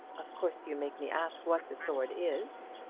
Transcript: of course you make me ask what the sword is.